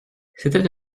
c’était